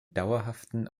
dauerhaften